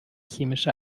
chemische